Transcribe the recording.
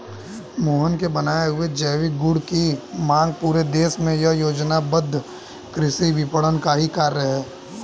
मोहन के बनाए हुए जैविक गुड की मांग पूरे देश में यह योजनाबद्ध कृषि विपणन का ही कार्य है